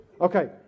Okay